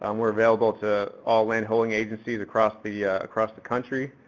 um we're available to all land holding agencies across the, across the country.